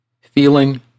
feeling